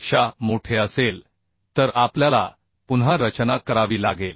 पेक्षा मोठे असेल तर आपल्याला पुन्हा रचना करावी लागेल